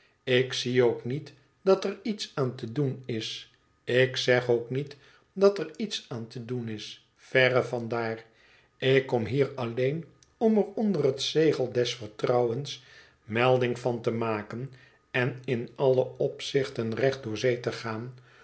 ik zie ook niet dat er iets aan te doen is ik zeg ook niet dat er iets aan te doen is verre van daar ik kom hier alleen om er onder het zegel des vertrouwens melding van te maken en in alle opzichten recht door zee te gaan